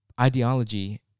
ideology